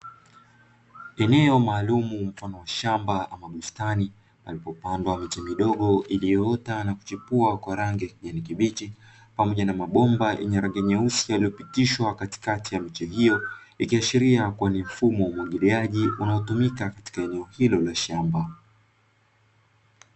Eneo maalumu Lina bustani kwenye shamba miche midogo ilio chipua kwa kijani kibichi pamoja na mabomba ya rangi nyeusi yalio pitishwa Kati Kati ya miche iyo ikiashilia umwagiliaji unao tumika katika eneo hilo la shamba .